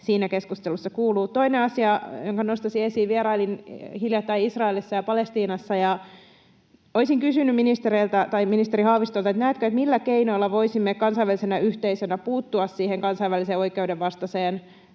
siinä keskustelussa kuuluu. Toinen asia, jonka nostaisin esiin: Vierailin hiljattain Israelissa ja Palestiinassa, ja olisin kysynyt ministeri Haavistolta: näettekö, millä keinoilla voisimme kansainvälisenä yhteisönä puuttua siihen kansainvälisen oikeuden vastaiseen